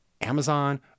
Amazon